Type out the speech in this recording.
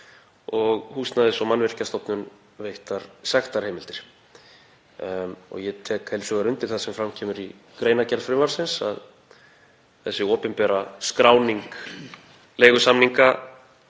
og Húsnæðis- og mannvirkjastofnun veittar sektarheimildir. Ég tek heils hugar undir það, sem fram kemur í greinargerð frumvarpsins, að slík opinber skráning leigusamninga